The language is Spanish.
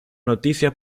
noticia